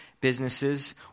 businesses